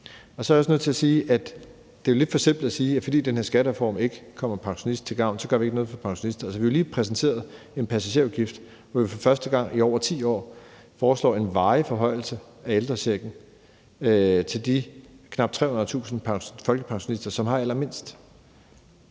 Så er jeg også nødt til at sige, at det jo er lidt forsimplet at sige, at fordi den her skattereform ikke kommer pensionisten til gavn, gør vi ikke noget for pensionister. Vi har lige præsenteret en passagerafgift, hvor vi for første gang i over 10 år foreslår en varig forhøjelse af ældrechecken til de knap 300.000 folkepensionister, som har allermindst.